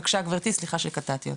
בבקשה גברתי, סליחה שקטעתי אותך.